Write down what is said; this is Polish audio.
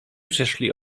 przeszli